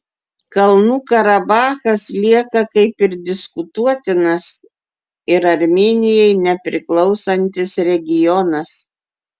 kalnų karabachas lieka kaip diskutuotinas ir armėnijai nepriklausantis regionas